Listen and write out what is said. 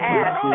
ask